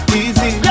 easy